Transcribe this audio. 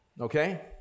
Okay